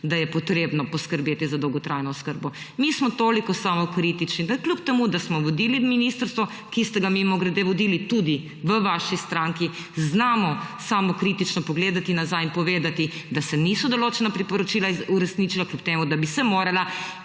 da je potrebno poskrbeti za dolgotrajno oskrbo. Mi smo toliko samokritični, da kljub temu da smo vodili ministrstvo, ki ste ga mimogrede vodili tudi v vaši stranki, znamo samokritično pogledati nazaj in povedati, da se določena priporočila niso uresničila, kljub temu da bi se morala,